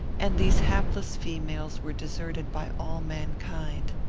and these hapless females were deserted by all mankind.